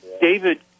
David